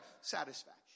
satisfaction